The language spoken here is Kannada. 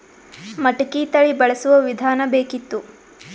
ಮಟಕಿ ತಳಿ ಬಳಸುವ ವಿಧಾನ ಬೇಕಿತ್ತು?